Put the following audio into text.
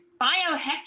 biohacking